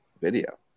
video